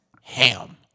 ham